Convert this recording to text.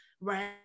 right